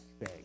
say